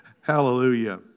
Hallelujah